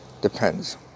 Depends